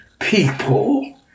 people